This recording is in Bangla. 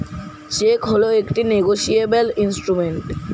চেক হল একটি নেগোশিয়েবল ইন্সট্রুমেন্ট